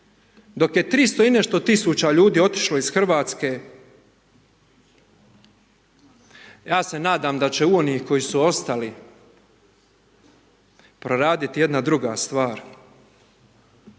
dok je 300 i nešto tisuća ljudi otišlo iz RH. Ja se nadam da će u onih koji su ostali, proraditi jedna druga stvar.